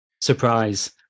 surprise